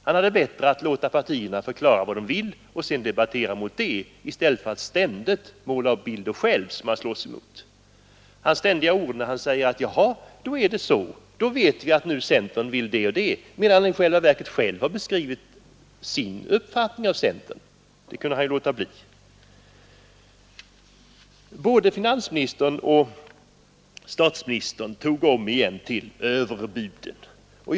Det vore bra om han lät partierna förklara vad de vill och sedan debatterade om det, i stället för att ständigt själv måla upp bilder som han slåss emot. Han säger: ”Jaha, då är det så! Nu vet vi vad centern vill.” Men i själva verket är det ju han som har beskrivit sin uppfattning av centern. Det kunde han låta bli. Både finansministern och statsministern tog till överbuden omigen.